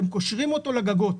והם קושרים אותו לגגות.